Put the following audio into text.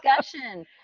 discussion